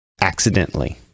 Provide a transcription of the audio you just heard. accidentally